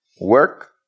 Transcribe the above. work